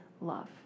love